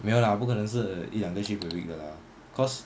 没有啦不可能是一两个 shift per week 的 lah cause